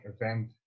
event